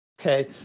Okay